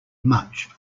much